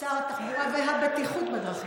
שר התחבורה והבטיחות בדרכים.